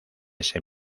ese